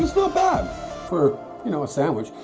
not bad for you know a sandwich,